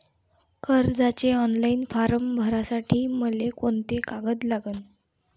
कर्जाचे online form भरासाठी मले कोंते कागद लागन?